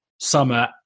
summer